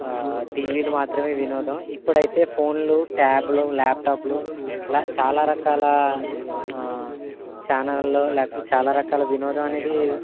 టీవీలు మాత్రమే వినోదం ఇప్పుడైతే ఫోన్లు ట్యాబ్లు లాప్ట్యాప్లు ఇలా చాలా రకాల ఛానళ్ళు లేకపోతే చాలా రకాల వినోదం అనేది